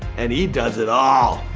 and he does it all,